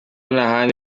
ntahandi